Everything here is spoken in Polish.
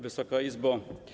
Wysoka Izbo!